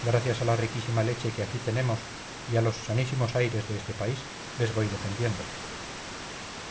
gracias a la riquísima leche que aquí tenemos y a los sanísimos aires de este país les voy defendiendo